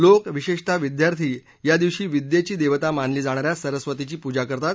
लोक विशेषतः विद्यार्थी या दिवशी विद्येची देवता मानली जाणा या सरस्वतीची पूजा करतात